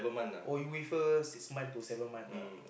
oh you with her six month to seven months lah